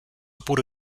puro